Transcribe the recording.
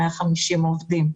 150 עובדים.